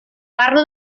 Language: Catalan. parlo